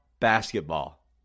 basketball